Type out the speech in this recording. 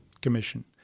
Commission